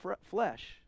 flesh